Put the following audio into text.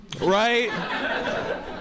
Right